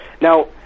Now